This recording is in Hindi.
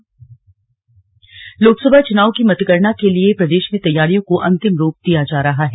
स्लग मतगणना तैयारी लोकसभा चुनाव की मतगणना के लिए प्रदेश में तैयारियों को अंतिम रूप दिया जा रहा है